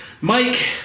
Mike